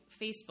Facebook